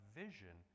vision